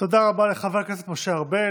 תודה רבה לחבר הכנסת משה ארבל.